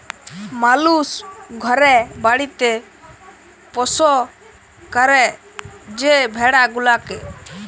মালুস ঘরে বাড়িতে পৌষ্য ক্যরে যে ভেড়া গুলাকে